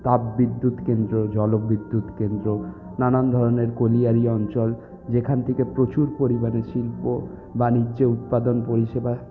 তাপবিদ্যুৎ কেন্দ্র জলবিদ্যুৎ কেন্দ্র নানান ধরনের কোলিয়ারি অঞ্চল যেখান থেকে প্রচুর পরিমাণে শিল্প বাণিজ্য উৎপাদন পরিষেবা